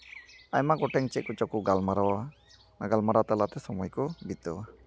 ᱟᱭᱢᱟ ᱜᱚᱴᱮᱱ ᱪᱮᱫ ᱠᱚᱪᱚᱝ ᱠᱚ ᱜᱟᱞᱢᱟᱨᱟᱣᱟ ᱚᱱᱟ ᱜᱟᱞᱢᱟᱨᱟᱣ ᱛᱟᱞᱟᱛᱮ ᱥᱚᱢᱚᱭ ᱠᱚ ᱵᱤᱛᱟᱹᱣᱟ